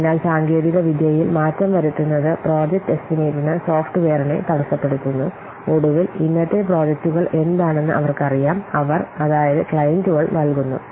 അതിനാൽ സാങ്കേതികവിദ്യയിൽ മാറ്റം വരുത്തുന്നത് പ്രോജക്റ്റ് എസ്റ്റിമേറ്റിന് സോഫ്റ്റ്വെയറിനെ തടസ്സപ്പെടുത്തുന്നു ഒടുവിൽ ഇന്നത്തെ പ്രോജക്ടുകൾ എന്താണെന്ന് അവർക്കറിയാം അവർ അതായത് ക്ലയന്റുകൾ നൽകുന്നു